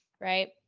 right